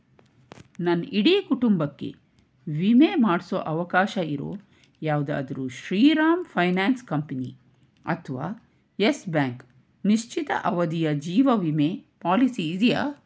ನನ್ನ ಇಡೀ ಕುಟುಂಬಕ್ಕೆ ವಿಮೆ ಮಾಡಿಸೋ ಅವಕಾಶ ಇರೋ ಯಾವುದಾದ್ರೂ ಶ್ರೀರಾಮ್ ಫೈನ್ಯಾನ್ಸ್ ಕಂಪೆನಿ ಅಥವಾ ಯೆಸ್ ಬ್ಯಾಂಕ್ ನಿಶ್ಚಿತ ಅವಧಿಯ ಜೀವ ವಿಮೆ ಪಾಲಿಸಿ ಇದೆಯಾ